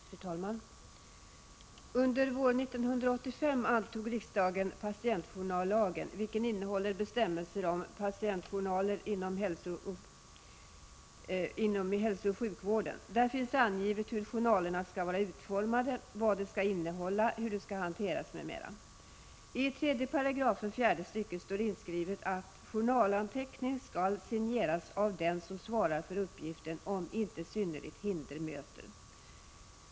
Fru talman! Under våren 1985 antog riksdagen patientjournallagen, vilken innehåller bestämmelser om patientjournaler inom hälsooch sjukvården. Där finns angivet hur journalerna skall vara utformade, vad de skall innehålla, hur de skall hanteras, m.m. I 3 § fjärde stycket står inskrivet att journalanteckning skall signeras av den som svarar för uppgiften om inte synnerligt hinder möter.